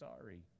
sorry